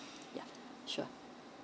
yeah sure